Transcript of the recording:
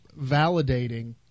validating